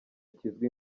kizwi